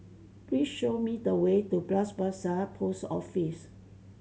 please show me the way to Bras Basah Post Office